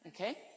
Okay